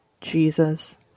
Jesus